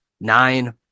Nine